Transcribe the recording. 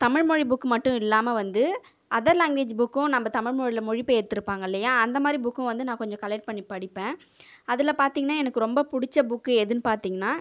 தமிழ் மொழி புக் மட்டும் இல்லாமல் வந்து அதர் லாங்குவேஜ் புக்கும் நம்ம மொழியில் மொழி பெயர்த்து இருப்பாங்க இல்லையா அந்த மாதிரிப் புக்கும் வந்து நான் கொஞ்சம் கலெக்ட் பண்ணி படிப்பேன் அதில் பார்த்திங்கனா எனக்கு ரொம்ப பிடிச்ச புக்கு எதுன்னு பார்த்திங்கனா